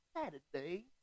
Saturday